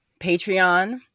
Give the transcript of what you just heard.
Patreon